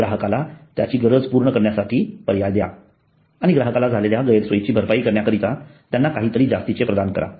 ग्राहकाला त्याची गरज पूर्ण करण्यासाठी पर्याय द्या आणि ग्राहकाला झालेल्या गैरसोयीची भरपाई करण्याकरीता त्यांना काहीतरी जास्तीचे प्रदान करा